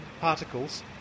particles